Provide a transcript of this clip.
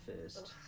first